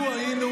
לו היינו